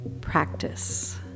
Practice